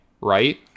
right